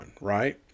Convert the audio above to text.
Right